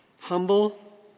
humble